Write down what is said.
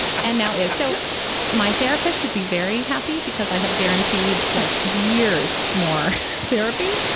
and now is so my therapist should be very happy because i have guaranteed like years more therapy.